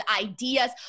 ideas